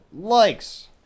likes